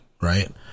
right